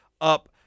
up